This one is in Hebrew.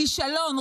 כישלון,